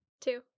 two